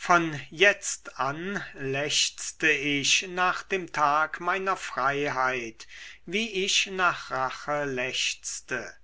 von jetzt an lechzte ich nach dem tag meiner freiheit wie ich nach rache lechzte